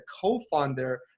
co-founder